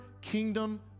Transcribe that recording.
kingdom